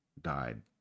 died